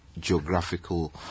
geographical